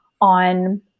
on